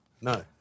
No